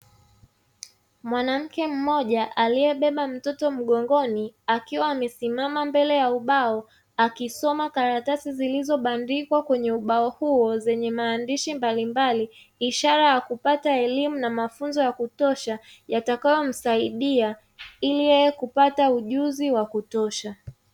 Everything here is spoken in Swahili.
Mwanamke mmoja aliyebeba mtoto mgongoni, akiwa amesimama mbele ya ubao akisoma karatasi zilizo bandikwa kwenye ubao huo zenye maandishi mbalimbali; ishara ya kupata elimu na mafunzo ya kutosha, yatakayo msaidia ili yeye kupata ujuzi wa kutosha.